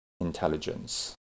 intelligence